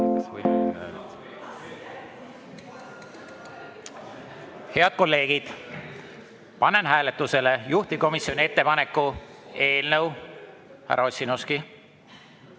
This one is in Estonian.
Head kolleegid, panen hääletusele juhtivkomisjoni ettepaneku eelnõu 15 esimesel